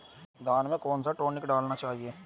धान में कौन सा टॉनिक डालना चाहिए?